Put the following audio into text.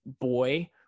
boy